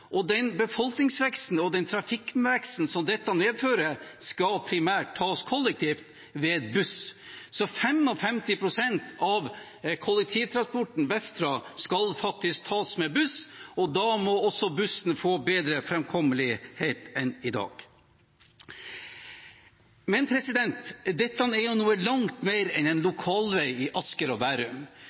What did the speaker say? Den befolkningsveksten og den trafikkveksten som dette medfører, skal primært tas kollektivt ved buss. Så 55 pst. av kollektivtransporten vestfra skal faktisk tas med buss, og da må også bussen få bedre framkommelighet enn i dag. Dette er noe langt mer enn en lokalvei i Asker og Bærum.